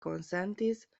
konsentis